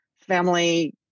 family